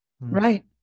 Right